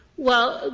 well,